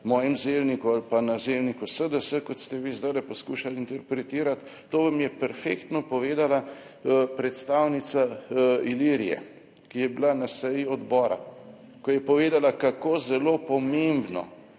mojem zelniku ali pa na zelniku SDS, kot ste vi zdajle poskušali interpretirati, to vam je perfektno povedala predstavnica Ilirije, ki je bila na seji odbora, ko je povedala, kako zelo pomembno